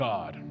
God